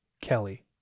Kelly